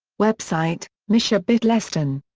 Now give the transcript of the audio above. website misha bittleston.